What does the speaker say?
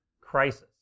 crisis